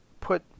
put